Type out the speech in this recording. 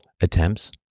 attempts